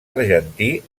argentí